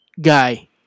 guy